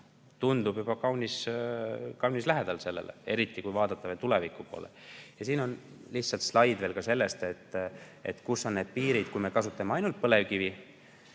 tundub kaunis lähedal sellele, eriti kui vaadata tulevikku. Siin on üks slaid veel sellest, kus on need piirid. Kui me kasutame ainult põlevkivi,